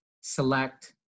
select